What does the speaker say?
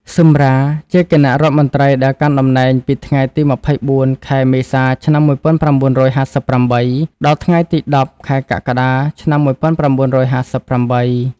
ស៊ឹម រ៉ា ជាគណៈរដ្ឋមន្ត្រីដែលកាន់តំណែងពីថ្ងៃទី ២៤ ខែមេសា ឆ្នាំ១៩៥៨ ដល់ថ្ងៃទី ១០ ខែកក្កដា ឆ្នាំ១៩៥៨។